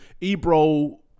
Ebro